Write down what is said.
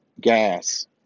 gas